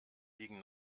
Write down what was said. liegen